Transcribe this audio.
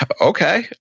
Okay